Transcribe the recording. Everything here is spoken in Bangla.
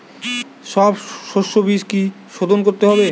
সব শষ্যবীজ কি সোধন করতে হবে?